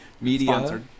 media